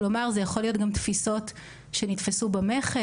כלומר זה יכול להיות גם תפיסות שנתפסו במכס,